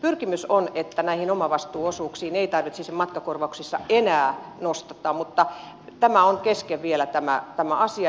pyrkimys on että näitä omavastuuosuuksia ei tarvitsisi matkakorvauksissa enää nostaa mutta tämä asia on vielä kesken